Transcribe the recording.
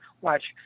watch